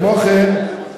כמו כן,